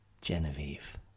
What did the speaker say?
Genevieve